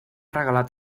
regalat